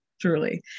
Truly